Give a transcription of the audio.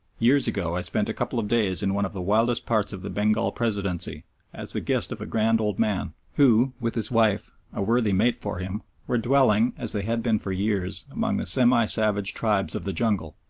years ago i spent a couple of days in one of the wildest parts of the bengal presidency as the guest of a grand old man who, with his wife a worthy mate for him were dwelling, as they had been for years, among the semi-savage tribes of the jungle,